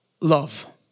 love